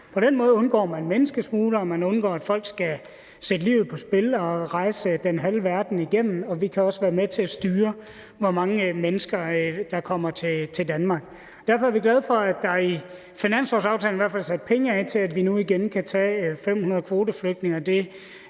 På den måde undgår man menneskesmuglere, og man undgår, at folk skal sætte livet på spil og rejse igennem den halve verden, og vi kan også være med til at styre, hvor mange mennesker der kommer til Danmark. Derfor er vi glade for, at der i finanslovsaftalen i hvert fald er sat penge af til, at man nu igen kan tage 500 kvoteflygtninge,